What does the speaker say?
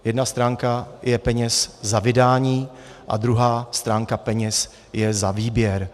Jedna stránka jsou peníze za vydání a druhá stránka peněz je za výběr.